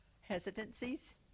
hesitancies